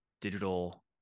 digital